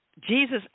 Jesus